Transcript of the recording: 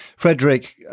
Frederick